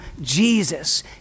Jesus